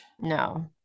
No